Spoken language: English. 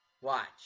Watch